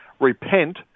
Repent